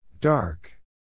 Dark